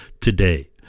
today